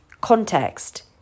context